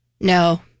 No